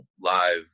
live